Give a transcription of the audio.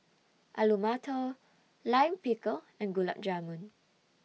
Alu Matar Lime Pickle and Gulab Jamun